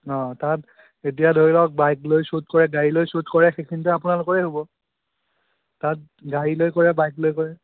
অঁ তাত এতিয়া ধৰি লওক বাইক লৈ শ্বুট কৰে গাড়ী লৈ শ্বুট কৰে সেইখিনিতো আপোনালোকৰে হ'ব তাত গাড়ী লৈ কৰে বাইক লৈ কৰে